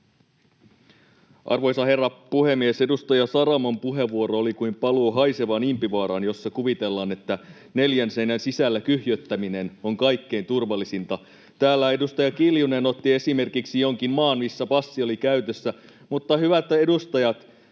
Arvoisa herra puhemies! Edustaja Saramon puheenvuoro oli kuin paluu haisevaan Impivaaraan, jossa kuvitellaan, että neljän seinän sisällä kyhjöttäminen on kaikkein turvallisinta. Täällä edustaja Kiljunen otti esimerkiksi jonkin maan, missä passi oli käytössä, mutta hyvät edustajat,